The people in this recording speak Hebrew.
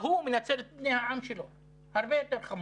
ההוא מנצל את בני העם שלו, הרבה יותר חמור,